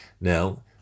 Now